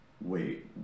wait